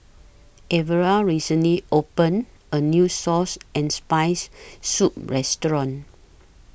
Elvera recently opened A New Source and Spicy Soup Restaurant